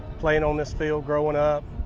playing on this field growing up.